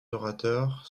orateurs